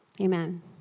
Amen